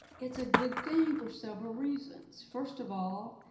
it's a good thing for several reasons. first of all,